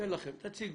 ניתן לכם, תציגו.